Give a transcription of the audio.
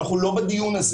אנחנו לא בדיון הזה.